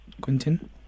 Quentin